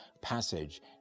passage